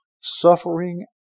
Suffering